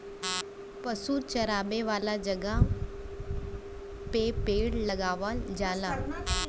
पशु चरावे वाला जगह पे पेड़ लगावल जाला